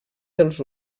dels